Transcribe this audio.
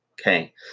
okay